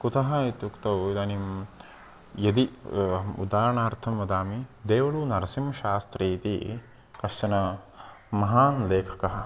कुतः इत्युक्तौ इदानीं यदि उदाहरणार्थं वदामि देवुडु नरसिंहंशास्त्री इति कश्चन महान् लेखकः